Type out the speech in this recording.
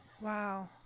Wow